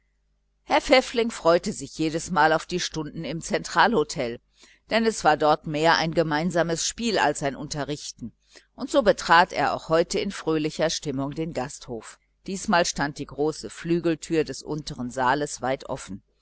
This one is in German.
herr pfäffling freute sich jedesmal auf die stunden im zentralhotel denn es war dort mehr ein gemeinsames musizieren als ein unterrichten und so betrat er auch heute in fröhlicher stimmung das hotel diesmal stand die große flügeltüre des untern saales weit offen